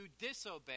disobey